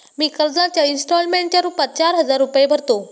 मी कर्जाच्या इंस्टॉलमेंटच्या रूपात चार हजार रुपये भरतो